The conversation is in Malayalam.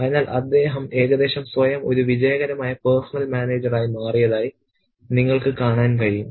അതിനാൽ അദ്ദേഹം ഏകദേശം സ്വയം ഒരു വിജയകരമായ പേഴ്സണൽ മാനേജരായി മാറിയതായി നിങ്ങൾക്ക് കാണാൻ കഴിയും